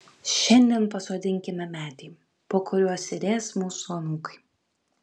šiandien pasodinkime medį po kuriuo sėdės mūsų anūkai